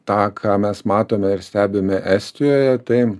tą ką mes matome ir stebime estijoje tai